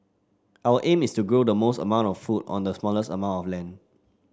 our aims is to grow the most amount of food on the smallest amount of land